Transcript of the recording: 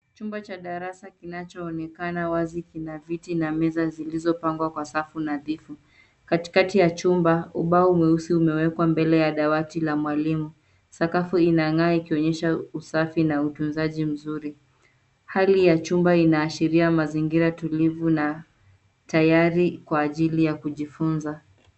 Chumba cha darasa kinachoonekana wazi kina viti na meza zilizopangwa kwa safu nadhifu. Katikati ya chumba, ubao mweusi umewekwa mbele ya dawati ya mwalimu. Sakafu inang'aa ikionyesha usafi na utunzaji mzuri. Hali ya chumba inaashiria mazingira tulivu na tayari kwa ajili ya kujifunza.